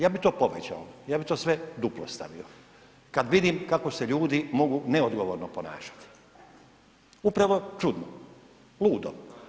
Ja bih to povećao, ja bi to sve duplo stavio kada vidim kako se ljudi mogu neodgovorno ponašati, upravo čudno, ludo.